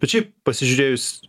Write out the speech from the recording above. bet šiaip pasižiūrėjus